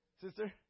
Sister